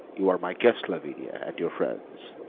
you are my guest, lavinia, and your friends.